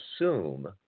assume